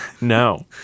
no